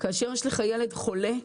כאשר יש לך ילד חולה,